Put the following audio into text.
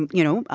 you know,